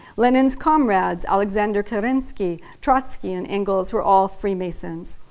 lenin's comrades alexander kerensky, trotsky and engels were all freemasons